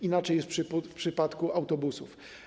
Inaczej jest w przypadku autobusów.